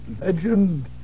legend